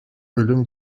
ölüm